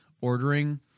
ordering